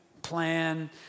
Plan